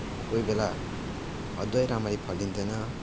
अब कोही बेला अदुवा राम्ररी फल्दैन